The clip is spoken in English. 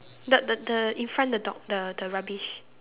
the the the in front the dog the the rubbish